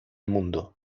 mundo